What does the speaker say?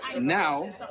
Now